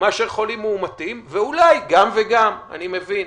מאשר חולים מאומתים, ואולי גם וגם, אני מבין.